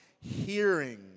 hearing